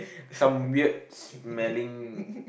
some weird smelling